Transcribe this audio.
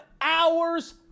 hours